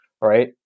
right